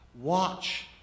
Watch